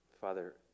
Father